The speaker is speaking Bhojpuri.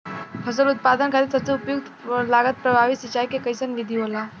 फसल उत्पादन खातिर सबसे उपयुक्त लागत प्रभावी सिंचाई के कइसन विधि होला?